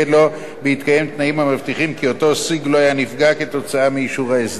בהתקיים תנאים המבטיחים כי אותו סוג לא היה נפגע כתוצאה מאישור ההסדר.